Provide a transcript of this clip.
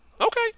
Okay